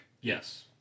Yes